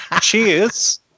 Cheers